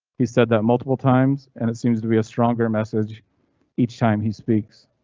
he said that multiple times and it seems to be a stronger message each time he speaks.